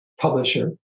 publisher